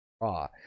Raw